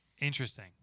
Interesting